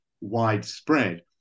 widespread